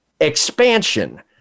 Expansion